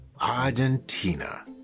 Argentina